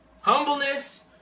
Humbleness